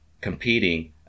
competing